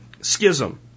schism